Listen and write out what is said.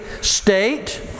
state